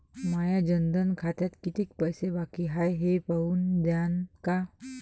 माया जनधन खात्यात कितीक पैसे बाकी हाय हे पाहून द्यान का?